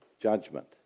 judgment